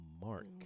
mark